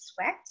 sweat